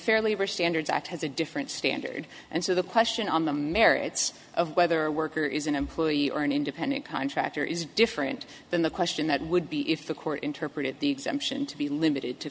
fair labor standards act has a different standard and so the question on the merits of whether a worker is an employee or an independent contractor is different than the question that would be if the court interpreted the exemption to be limited to